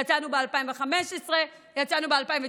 יצאנו ב-2015, יצאנו ב-2019,